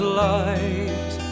light